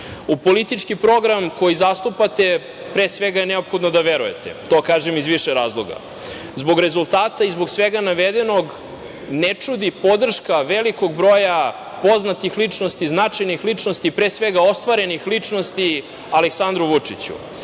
U politički program koji zastupate, pre svega, je neophodno da verujete. To kažem iz više razloga. Zbog rezultata i zbog svega navedenog, ne čudi podrška velikog broja poznatih ličnosti, značajnih ličnosti, pre svega ostvarenih ličnosti, Aleksandru Vučiću.